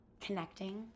connecting